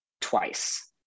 twice